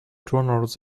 donors